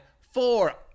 four